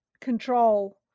control